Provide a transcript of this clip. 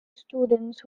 students